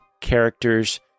characters